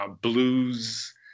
blues